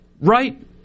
right